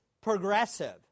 progressive